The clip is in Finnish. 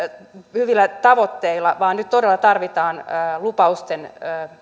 hyvillä tavoitteilla vaan nyt todella tarvitaan lupausten